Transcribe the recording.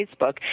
Facebook